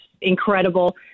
incredible